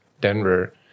Denver